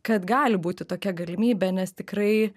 kad gali būti tokia galimybė nes tikrai